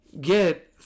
get